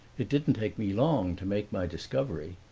it didn't take me long to make my discovery.